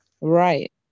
right